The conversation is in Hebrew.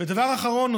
דבר אחרון,